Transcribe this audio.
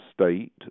state